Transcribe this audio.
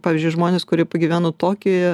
pavyzdžiui žmonės kurie pagyveno tokijuje